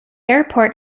airport